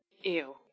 Ew